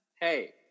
Hey